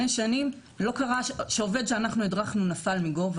שנים לא קרה שעובד שאנחנו הדרכנו נפל מגובה.